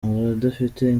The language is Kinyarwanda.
abadafite